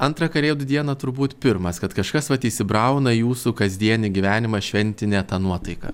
antrą kalėdų dieną turbūt pirmas kad kažkas vat įsibrauna į jūsų kasdienį gyvenimą šventinę nuotaika